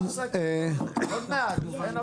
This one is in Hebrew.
עוד מעט, אין הפסקה.